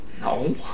No